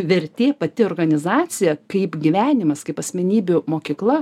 vertė pati organizacija kaip gyvenimas kaip asmenybių mokykla